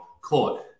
court